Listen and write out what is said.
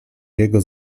jego